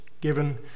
given